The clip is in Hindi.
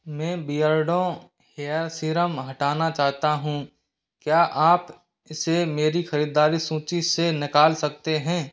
मैं बिअर्डों हेयर सीरम हटाना चाहता हूँ क्या आप इसे मेरी खरीदारी सूची से निकाल सकते हैं